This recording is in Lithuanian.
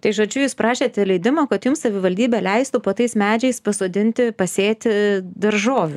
tai žodžiu jūs prašėte leidimo kad jums savivaldybė leistų po tais medžiais pasodinti pasėti daržovių